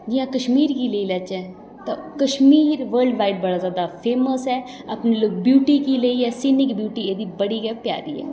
जि'यां कश्मीर गी लेई लैचे तां कश्मीर वर्ल्डवाइड बड़ा जादा फेमस ऐ अपनी ब्यूटी गी लेइयै सिनिंग ब्यूटी एह्दी बडी गै प्यारी ऐ